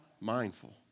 mindful